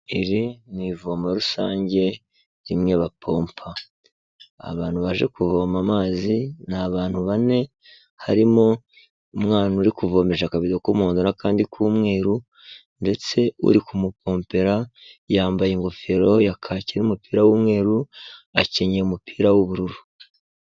Iri ni ivomo rusange rimwe bapompa. Abantu baje kuvoma amazi ni abantu bane harimo umwana uri kuvomesha akabido k'umuhondo n'akandi k'umweru ndetse uri kumupompera yambaye ingofero ya kaki n'umupira w'umweru. Akenyeye umupira w'ubururu.